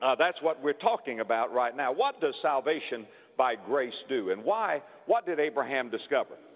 ah that's what we're talking about right now. what does salvation by grace do and why, what did abraham discover?